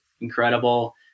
incredible